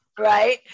Right